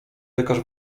lekarz